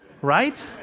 right